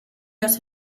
las